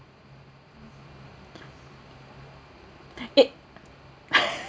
eh